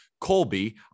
Colby